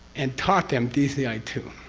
and taught them dci two.